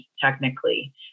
technically